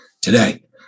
today